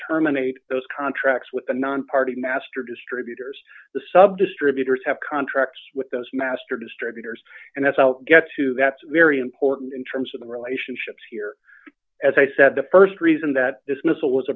terminate those contracts with a nonparty master distr peters the sub distributors have contracts with those master distributors and that's what gets to that's very important in terms of the relationships here as i said the st reason that dismissal was